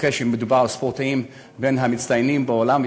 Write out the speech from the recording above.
בעיקר כשמדובר בספורטאים מן המצטיינים בעולם,